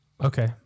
Okay